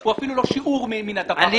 הוא אפילו לא שיעור מהדבר הזה,